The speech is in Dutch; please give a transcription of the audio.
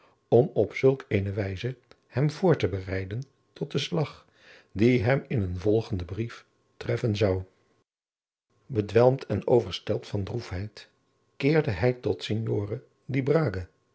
om op zulk eene wijze hem voor te bereiden tot den slag die hem in een volgenden brief treffen zou bedwelmd en overstelpt van droesheid keerde hij tot signore